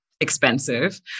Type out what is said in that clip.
expensive